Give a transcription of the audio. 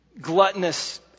gluttonous